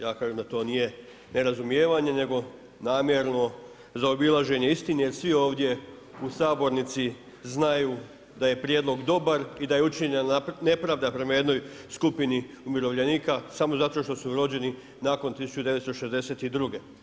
Ja kažem da to nije nerazumijevanje, nego namjerno zaobilaženje istine jer svi ovdje u sabornici znaju da je prijedlog dobar i da je učinjena nepravda prema jednoj skupini umirovljenika samo zato što su rođeni nakon 1962.